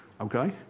Okay